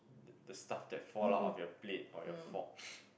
the stuff that fall out of your plate or your fork